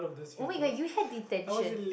oh-my-god you had detention